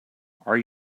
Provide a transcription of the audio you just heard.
are